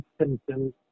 symptoms